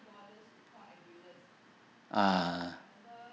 ah